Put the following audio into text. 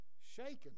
shaken